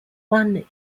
one